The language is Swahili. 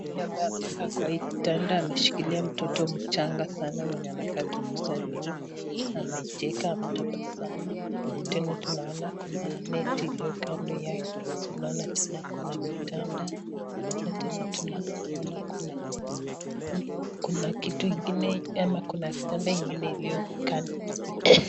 Yule amabye amekaa kwa hii kitanda ameshikilia mtoto mchanga mwenye anakaa tu kuzaliwa. Amecheka, ametabasamu. Tena tunaona kuna neti iliyo kando yake. Tunaona kuna kitanda na tena tunaona kuna kitu ingine ama kuna kitanda ingine iliyo kando.